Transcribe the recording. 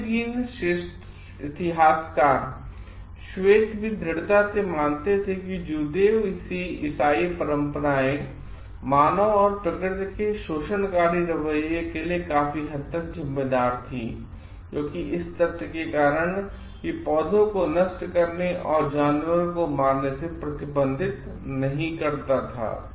मध्ययुगीन इतिहासकार श्वेत भी दृढ़ता से मानते थे कि जूदेव ईसाई परंपराएं मानव और प्रकृति के शोषणकारी रवैये के लिए काफी हद तक जिम्मेदार थींक्योंकि इस तथ्य के कारण कियह पौधों को नष्ट करने औरजानवरों कोमारने से प्रतिबंधित नहीं करता था